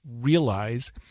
realize—